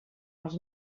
els